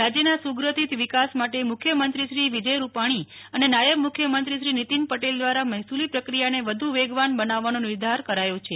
રાજ્યના સુગ્રથિત વિકાસ માટે મુખ્યમંત્રીશ્રી વિજય રૂપાણી અને નાયબ મુખ્યમંત્રીશ્રી નીતિન પટેલ દ્વારા મહેસૂલી પ્રક્રિયાને વધુ વેગવાન બનાવવાનો નિર્ધાર કરાયો છે